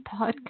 podcast